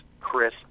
Chris